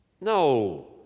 No